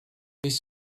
please